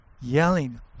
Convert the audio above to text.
yelling